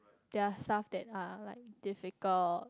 there are stuff that are like difficult